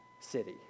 city